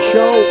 Show